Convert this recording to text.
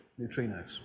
neutrinos